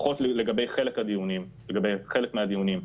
לפחות לגבי חלק מהדיונים,